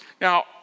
Now